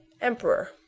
emperor